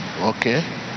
Okay